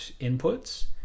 inputs